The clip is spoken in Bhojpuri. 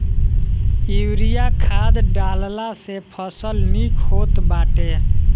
यूरिया खाद डालला से फसल निक होत बाटे